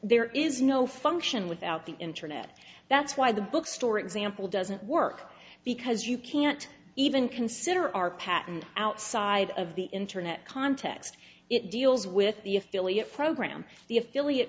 there is no function without the internet that's why the bookstore example doesn't work because you can't even consider our patent outside of the internet context it deals with the affiliate program the affiliate